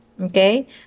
Okay